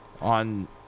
on